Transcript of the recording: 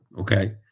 okay